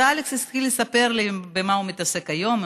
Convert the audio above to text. אלכס התחיל לספר לי במה הוא מתעסק היום.